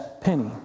penny